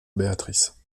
béatrice